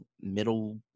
middle